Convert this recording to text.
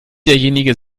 derjenige